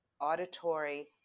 auditory